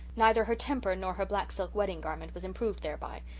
neither her temper nor her black silk wedding garment was improved thereby,